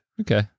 Okay